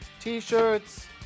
T-shirts